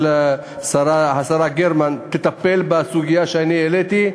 השרה גרמן תטפל בסוגיה שאני העליתי.